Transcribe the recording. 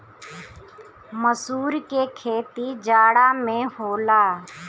मसूर के खेती जाड़ा में होला